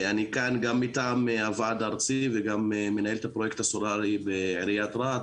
אני כאן גם מטעם הוועד הארצי וגם מנהל את הפרויקט הסולארי בעיריית רהט,